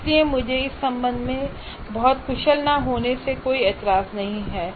इसलिए मुझे इस संबंध में बहुत कुशल न होने से कोई ऐतराज नहीं है